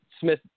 Smith